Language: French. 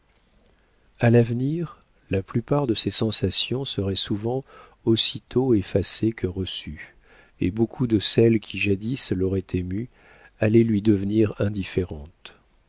a l'avenir la plupart de ses sensations seraient souvent aussitôt effacées que reçues et beaucoup de celles qui jadis l'auraient émue allaient lui devenir indifférentes